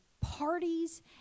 parties